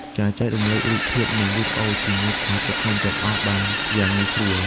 ការចែករំលែករូបភាព និងវីដេអូ ជាមួយសមាជិកក្រុមទាំងអស់បានយ៉ាងងាយស្រួល។